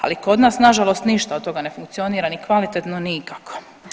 Ali kod nas nažalost ništa od toga ne funkcionira ni kvalitetno ni ikako.